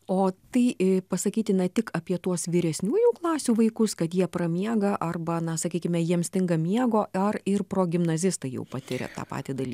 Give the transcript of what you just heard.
o tai pasakytina tik apie tuos vyresniųjų klasių vaikus kad jie pramiega arba na sakykime jiems stinga miego ar ir progimnazistai jau patiria tą patį daly